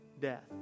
death